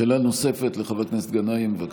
שאלה נוספת לחבר הכנסת גנאים, בבקשה.